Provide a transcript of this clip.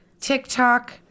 TikTok